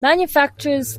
manufacturers